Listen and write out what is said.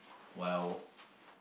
well